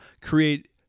create